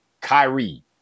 Kyrie